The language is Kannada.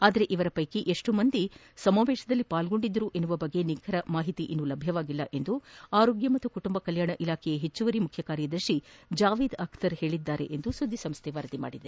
ಆದರೆ ಇವರ ಪೈಕಿ ಎಷ್ಟು ಜನ ಸಮಾವೇಶದಲ್ಲಿ ಭಾಗಿಯಾಗಿದ್ದರು ಎಂಬ ಬಗ್ಗೆ ನಿಖರ ಮಾಹಿತಿ ಇನ್ನು ಲಭ್ಯವಾಗಿಲ್ಲ ಎಂದು ಆರೋಗ್ಯ ಮತ್ತು ಕುಟುಂಬ ಕಲ್ಗಾಣ ಇಲಾಖೆ ಹೆಚ್ಚುವರಿ ಮುಖ್ಯ ಕಾರ್ಯದರ್ಶಿ ಜಾವೇದ್ ಅಕ್ತರ್ ಹೇಳದ್ದಾರೆ ಎಂದು ವಾರ್ತಾಸಂಶ್ವೆ ವರದಿ ಮಾಡಿದೆ